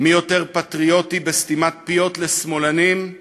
מי יותר פטריוטי בסתימת פיות לשמאלנים,